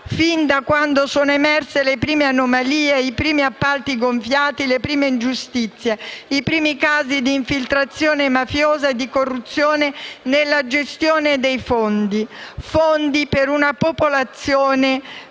fin da quando emersero le prime anomalie, i primi appalti gonfiati, le prime ingiustizie, i primi casi di infiltrazione mafiosa e di corruzione nella gestione dei fondi: fondi per una popolazione già